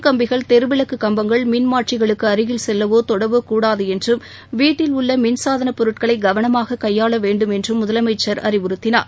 கம்பிகள் தெருவிளக்குகம்பங்கள் மின் மாற்றிகளுக்குஅருகில் செல்லவோ மின் தொடவோகூடாதுஎன்றும் வீட்டில் உள்ளமின்சாதனப் பொருட்களைகவனமாககையாளவேண்டும் என்றுமுதலமைச்சர் அறிவுறுத்தினார்